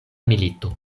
milito